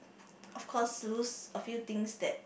of course lose a few things that